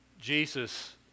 Jesus